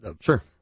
Sure